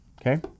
okay